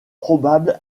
probable